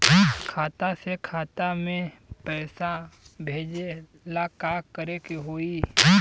खाता से खाता मे पैसा भेजे ला का करे के होई?